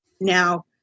now